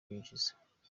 binjiza